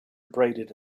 abraded